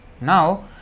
Now